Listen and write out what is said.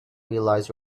realize